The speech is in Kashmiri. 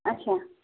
اچھا